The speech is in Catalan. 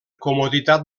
comoditat